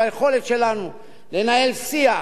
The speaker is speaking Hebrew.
ביכולת שלנו לנהל שיח